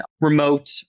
remote